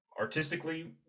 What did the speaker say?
artistically